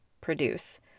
produce